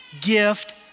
gift